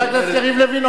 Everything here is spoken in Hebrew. חבר הכנסת יריב לוין,